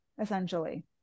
essentially